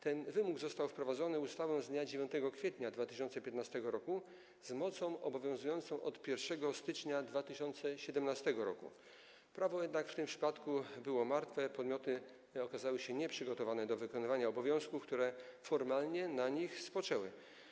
Ten wymóg został wprowadzony ustawą z dnia 9 kwietnia 2015 r. z mocą obowiązującą od 1 stycznia 2017 r., jednak prawo w tym przypadku było martwe, a podmioty okazały się nieprzygotowane do wykonywania obowiązków, które formalnie na nich spoczęły.